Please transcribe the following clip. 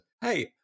hey